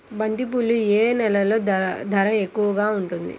బంతిపూలు ఏ నెలలో ధర ఎక్కువగా ఉంటుంది?